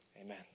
amen